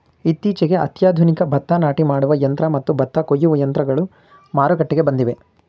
ಇತ್ತೀಚೆಗೆ ಅತ್ಯಾಧುನಿಕ ಭತ್ತ ನಾಟಿ ಮಾಡುವ ಯಂತ್ರ ಮತ್ತು ಭತ್ತ ಕೊಯ್ಯುವ ಯಂತ್ರಗಳು ಮಾರುಕಟ್ಟೆಗೆ ಬಂದಿವೆ